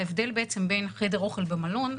ההבדל בין חדר אוכל במלון,